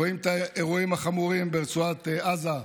רואים את האירועים החמורים ברצועת עזה,